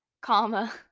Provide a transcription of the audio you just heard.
comma